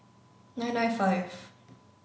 nine nine five